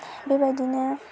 बेबायदिनो